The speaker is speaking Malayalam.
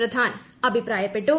പ്രധാൻ അഭിപ്രായപ്പെട്ടു